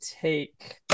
take